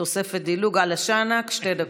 תוספת דילוג (אומרת בערבית: בשבילך,) שתי דקות.